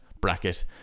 bracket